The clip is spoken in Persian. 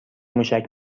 موشک